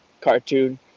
cartoon